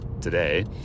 today